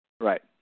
Right